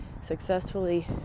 successfully